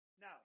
Now